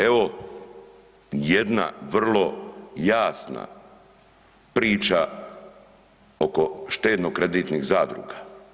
Evo jadna vrlo jasna priča oko štedno kreditnih zadruga.